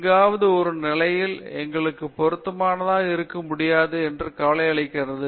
எங்காவது ஒரு நிலையில் எங்களுக்கு பொருத்தமாக இருக்க முடியாது என்ற கவலை இருக்கிறது